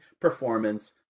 performance